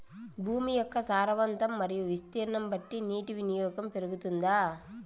భూమి యొక్క సారవంతం మరియు విస్తీర్ణం బట్టి నీటి వినియోగం పెరుగుతుందా?